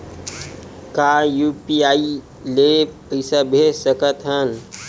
का यू.पी.आई ले पईसा भेज सकत हन?